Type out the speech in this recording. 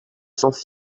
sans